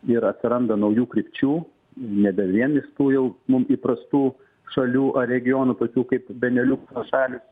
yra atsiranda naujų krypčių nebe vien iš tų jau mum įprastų šalių ar regionų tokių kaip beniliukso šalys